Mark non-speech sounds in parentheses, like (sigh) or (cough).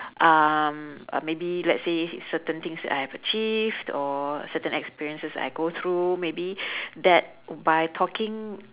um uh maybe let's say certain things that I have achieved or certain experiences I go through maybe (breath) that by talking